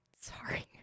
Sorry